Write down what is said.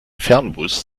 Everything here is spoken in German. fernbus